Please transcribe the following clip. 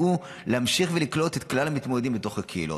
להמשיך ולקלוט את כלל המתמודדים בתוך הקהילות.